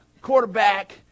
quarterback